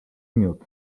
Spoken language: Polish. miód